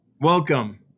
Welcome